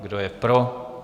Kdo je pro?